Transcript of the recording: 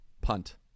Punt